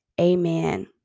amen